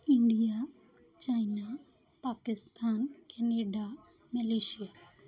India China Pakistan Canada Malaysia